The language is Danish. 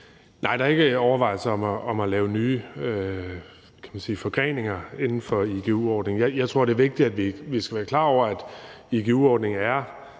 Nej, der er ikke overvejelser om at lave, kan man sige, nye forgreninger inden for igu-ordningen. Jeg tror, det er vigtigt, og at vi skal være klar over, at igu-ordningen er